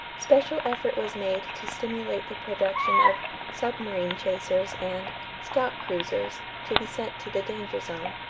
special effort was made to stimulate the production of submarine chasers and scout cruisers to be sent to the danger zone.